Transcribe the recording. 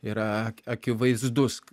yra akivaizdus